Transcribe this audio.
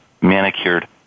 manicured